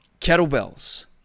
kettlebells